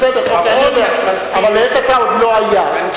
בסדר, אבל לעת עתה עוד לא היה.